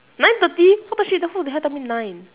nine thirty what the shit then who the hell tell me nine